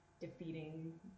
defeating